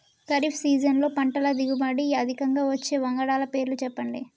ఖరీఫ్ సీజన్లో పంటల దిగుబడి అధికంగా వచ్చే వంగడాల పేర్లు చెప్పండి?